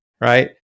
right